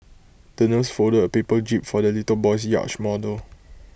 the nurse folded A paper jib for the little boy's yacht model